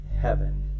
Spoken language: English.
heaven